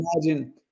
imagine